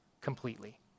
completely